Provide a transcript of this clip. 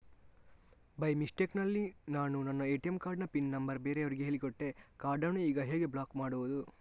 By mistake ನಲ್ಲಿ ನಾನು ನನ್ನ ಎ.ಟಿ.ಎಂ ಕಾರ್ಡ್ ನ ಪಿನ್ ನಂಬರ್ ಬೇರೆಯವರಿಗೆ ಹೇಳಿಕೊಟ್ಟೆ ಕಾರ್ಡನ್ನು ಈಗ ಹೇಗೆ ಬ್ಲಾಕ್ ಮಾಡುವುದು?